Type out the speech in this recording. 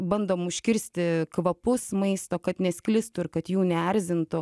bandom užkirsti kvapus maisto kad nesklistų ir kad jų neerzintų